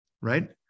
right